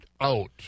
Out